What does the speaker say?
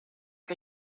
que